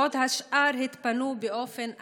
בעוד השאר התפנו באופן עצמאי.